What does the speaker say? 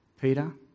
Peter